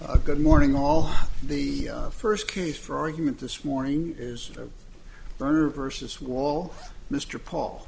a good morning all the first case for argument this morning is of her versus wall mr paul